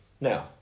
Now